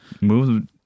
move